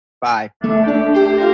Bye